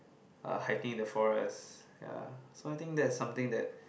uh hiking in the forest ya so I think that's something that